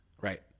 Right